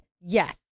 Yes